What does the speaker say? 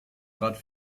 trat